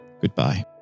goodbye